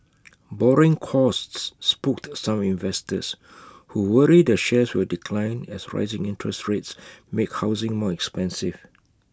borrowing costs spooked some investors who worry the shares will decline as rising interest rates make housing more expensive